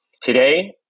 Today